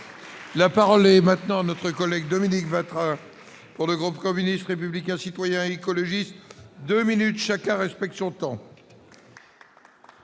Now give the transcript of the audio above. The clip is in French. La parole est maintenant notre collègue Dominique votre pour le groupe communiste, républicain, citoyen écologistes 2 minutes chacun respecte son temps.